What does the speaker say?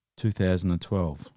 2012